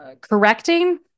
correcting